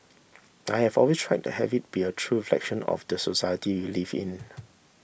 I have always tried to have it be a true reflection of the society we live in